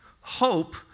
Hope